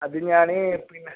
അത് ഞാൻ പിന്നെ